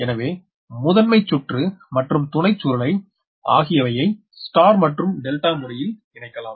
எனவே முதன்மைச்சுற்று மற்றும் துணைச் சுருணை ஆகியவையை ஸ்டார் மற்றும் டெல்டா முறையில் இணைக்கலாம்